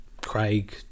Craig